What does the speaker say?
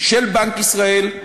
של בנק ישראל,